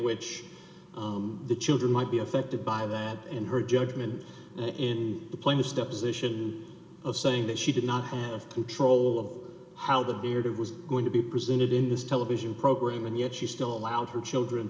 which the children might be affected by that in her judgment in the player steps issue of saying that she did not have control of how the beard was going to be presented in this television program and yet she still allowed her children